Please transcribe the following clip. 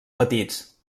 petits